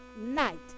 Night